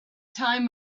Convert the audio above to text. time